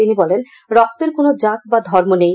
তিনি বলেন রক্তের কোনো জাত বা ধর্ম নেই